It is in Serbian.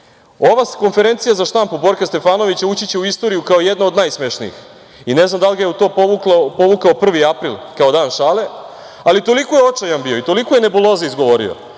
konferencija za štampu Borka Stefanovića ući će u istoriju kao jedna od najsmešnijih i ne znam da li ga je u to povukao 1. april kao Dan šale, ali toliko je očajan bio i toliko je nebuloza izgovorio